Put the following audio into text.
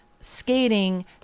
skating